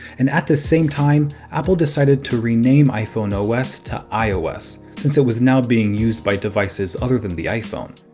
and at the same time, apple decided to rename iphone ah os to ios, since it was now being used by devices other than the iphone.